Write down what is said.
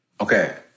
Okay